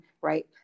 right